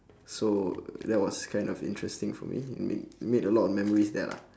so that was kind of interesting for me made I made a lot of memories there lah